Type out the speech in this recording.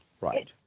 right